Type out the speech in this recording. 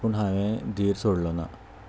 पूण हांवें धीर सोडलो ना